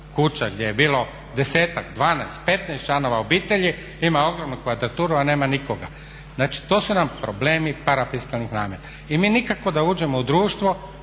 kuća gdje je bilo 10-ak, 12, 15 članova obitelji ima ogromnu kvadraturu, a nema nikoga. Znači, to su nam problemi parafiskalnih nameta. I mi nikako da uđemo u društvo